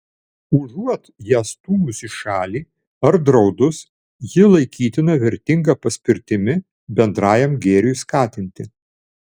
užuot ją stūmus į šalį ar draudus ji laikytina vertinga paspirtimi bendrajam gėriui skatinti